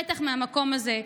בטח מהמקום הזה,